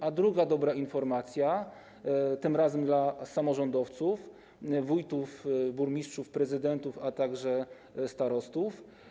A druga dobra informacja, tym razem dla samorządowców, wójtów, burmistrzów, prezydentów, a także starostów.